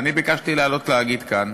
ביקשתי לעלות להגיד כאן